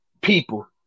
people